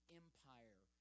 empire